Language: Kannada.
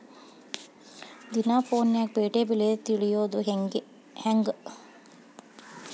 ದಿನಾ ಫೋನ್ಯಾಗ್ ಪೇಟೆ ಬೆಲೆ ತಿಳಿಯೋದ್ ಹೆಂಗ್?